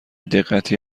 دقتی